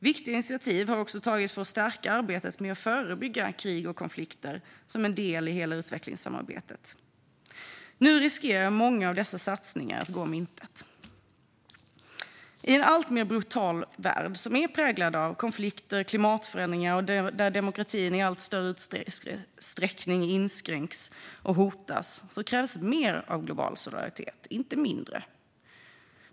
Viktiga initiativ har också tagits för att stärka arbetet med att förebygga krig och konflikter som en del i hela utvecklingssamarbetet. Nu riskerar många av dessa satsningar att gå om intet. I en alltmer brutal värld, som är präglad av konflikter och klimatförändringar och där demokratin i allt större utsträckning inskränks och hotas, krävs mer av global solidaritet, inte mindre.